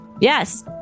Yes